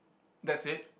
that's it